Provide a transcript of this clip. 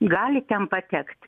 gali ten patekti